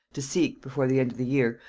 to seek, before the end of the year,